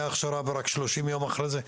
הכשרה ורק 30 יום לאחר מכן זה יסודר.